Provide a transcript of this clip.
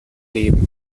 leben